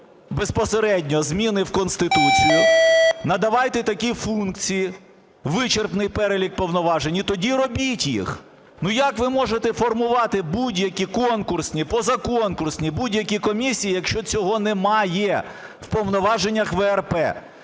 безпосередньо зміни в Конституцію, надавайте такі функції, вичерпний перелік повноважень, - і тоді робіть їх. Ну, як ви можете формувати будь-які конкурсні, позаконкурсні, будь-які комісії, якщо цього немає в повноваженнях ВРП,